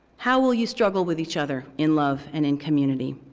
how will you struggle with each other in love and in community?